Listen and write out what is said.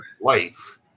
lights